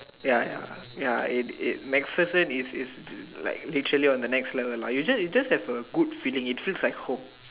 ya ya ya it it MacBook is is like literally on the next level lah you just you just have a good feeling it feels like home